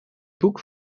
boek